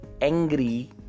angry